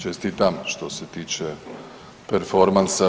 Čestitam što se tiče performansa.